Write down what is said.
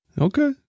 Okay